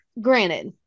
granted